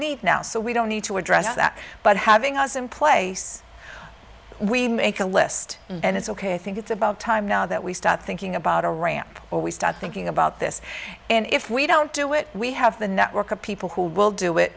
need now so we don't need to address that but having us in place we make a list and it's ok i think it's about time now that we start thinking about a ramp or we start thinking about this and if we don't do it we have the network of people who will do it